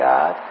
God